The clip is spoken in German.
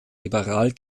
liberal